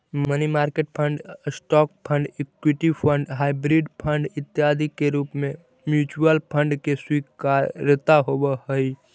money market fund, stock fund, equity fund, hybrid fund इत्यादि के रूप में म्यूचुअल फंड के स्वीकार्यता होवऽ हई